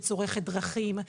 וצורכת דרכים.